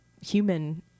human